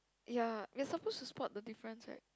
ya you're suppose to spot the difference right